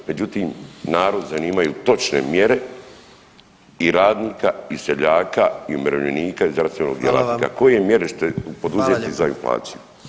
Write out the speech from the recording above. Međutim, narod zanimaju točne mjere i radnika i seljaka i umirovljenika i zdravstvenog djelatnika [[Upadica predsjednik: Hvala vam.]] Koje mjere ste poduzeli za inflaciju?